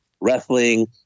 wrestling